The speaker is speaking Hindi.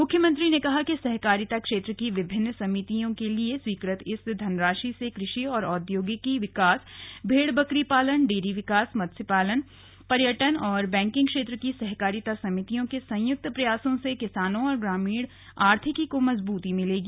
मुख्यमंत्री ने कहा कि सहकारिता क्षेत्र की विभिन्न समितियों के लिए स्वीकृत इस धनराशि से कृषि और औद्योगिकी विकास भेड़ बकरी पालन डेरी विकास मत्स्य पालन पर्यटन और बैंकिंग क्षेत्र की सहकारिता समितियों के संयुक्त प्रयासों से किसानों और ग्रामीण आर्थिकी को मजबूती मिलेगी